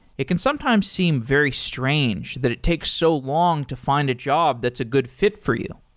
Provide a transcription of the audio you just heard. it can sometimes seem very strange that it takes so long to find a job that's a good fit for you.